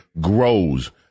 grows